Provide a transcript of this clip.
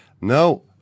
no